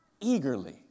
eagerly